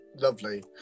lovely